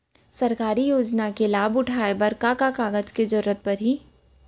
सरकारी योजना के लाभ उठाए बर का का कागज के जरूरत परही